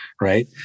Right